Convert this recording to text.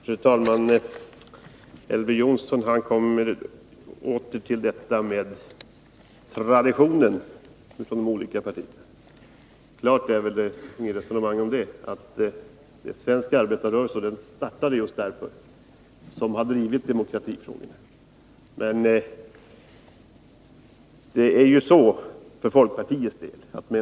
Fru talman! Elver Jonsson återkom till detta med de olika partiernas tradition. Klart står att det är svensk arbetarrörelse som har drivit demokratifrågorna. Det var ju en av anledningarna till dess tillkomst.